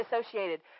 associated